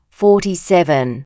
forty-seven